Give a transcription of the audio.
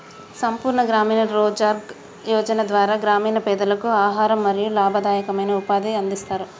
సంపూర్ణ గ్రామీణ రోజ్గార్ యోజన ద్వారా గ్రామీణ పేదలకు ఆహారం మరియు లాభదాయకమైన ఉపాధిని అందిస్తరు